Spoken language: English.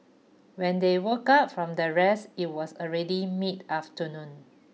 when they woke up from their rest it was already mid afternoon